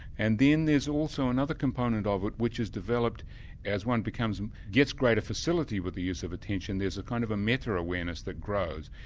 and then there's also another component of it which is developed as one um gets greater facility with the use of attention. there's a kind of a meta-awareness that grows,